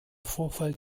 vorfall